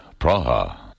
Praha